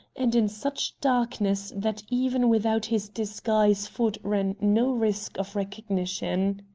and in such darkness that even without his disguise ford ran no risk of recognition.